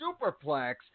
superplex